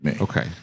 okay